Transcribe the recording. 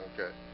okay